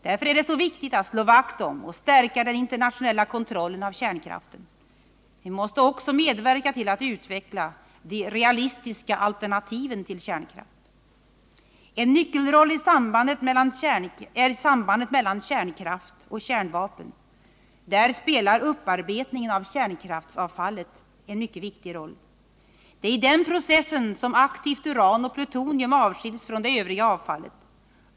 Därför är det så viktigt att slå vakt om och stärka den internationella kontrollen av kärnkraften. Men vi måste också medverka till att utveckla de realistiska alternativen till kärnkraft. En nyckelroll i sambandet mellan kärnkraft och kärnvapen spelar upparbetningen av kärnkraftsavfallet. Det är i den processen som aktivt uran och plutonium avskiljs från det övriga avfallet.